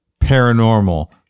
paranormal